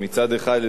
מצד אחד,